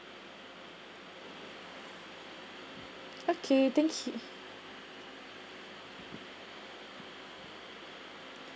okay thank you